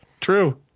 True